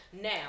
now